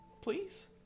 please